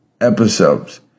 episodes